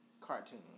Cartoon